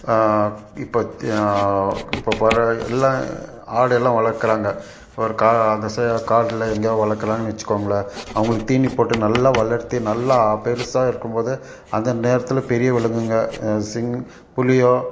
இப்போ இப்போ வர எல்லாம் ஆடெல்லாம் வளர்க்குறாங்க ஒரு கா அந்த சே காட்டில் எங்கேயா வளர்க்குறாங்கன்னு வைச்சுக்கோங்களேன் அவங்களுக்கு தீனிப்போட்டு நல்லா வளர்த்து நல்லா பெருசாக இருக்கும்போது அந்த நேரத்தில் பெரிய விலங்குங்கள் சிங் புலியோ